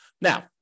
Now